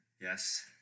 Yes